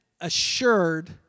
assured